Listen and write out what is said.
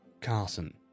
Carson